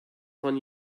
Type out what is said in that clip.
von